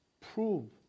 prove